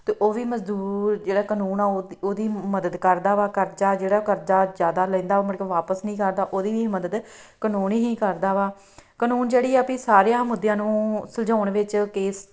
ਅਤੇ ਉਹ ਵੀ ਮਜ਼ਦੂਰ ਜਿਹੜਾ ਕਾਨੂੰਨ ਆ ਉਹਦੀ ਉਹਦੀ ਮਦਦ ਕਰਦਾ ਵਾ ਕਰਜ਼ਾ ਜਿਹੜਾ ਉਹ ਕਰਜ਼ਾ ਜ਼ਿਆਦਾ ਲੈਂਦਾ ਉਹ ਮੁੜ ਕੇ ਵਾਪਿਸ ਨਹੀਂ ਕਰਦਾ ਉਹਦੀ ਵੀ ਮਦਦ ਕਾਨੂੰਨ ਹੀ ਕਰਦਾ ਵਾ ਕਾਨੂੰਨ ਜਿਹੜੀ ਆ ਵੀ ਸਾਰਿਆਂ ਮੁੱਦਿਆਂ ਨੂੰ ਸੁਲਝਾਉਣ ਵਿੱਚ ਕੇਸ